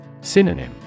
Synonym